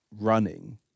running